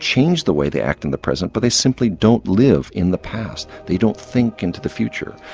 change the way they act in the present, but they simply don't live in the past, they don't think into the future.